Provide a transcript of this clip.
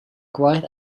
gwaith